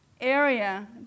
area